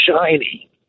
shiny